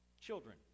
children